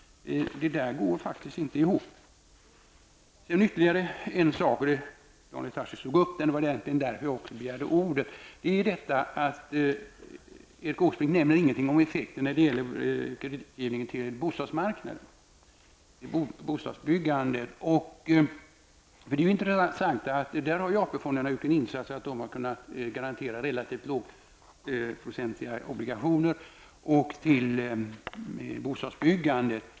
Det där går faktiskt inte ihop. Daniel Tarschys tog upp ytterligare en sak, som egentligen var anledningen till att också jag begärde ordet. Erik Åsbrink nämner ingenting om effekten när det gäller kreditgivningen till bostadsbyggande. Där har ju AP-fonderna gjort en insats; de har kunnat garantera relativt lågprocentiga obligationer till finansiering av bostadsbyggandet.